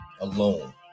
alone